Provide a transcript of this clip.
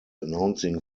announcing